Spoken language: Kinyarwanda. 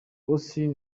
austin